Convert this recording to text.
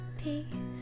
peace